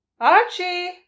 Archie